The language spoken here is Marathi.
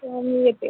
हां मी येते